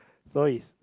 so is